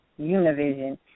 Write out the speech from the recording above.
Univision